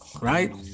right